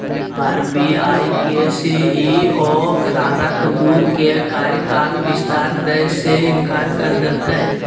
RBI के CEO Rana Kapoor के कार्यकाल विस्तार दय से इंकार कर देलकय